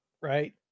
right